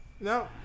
No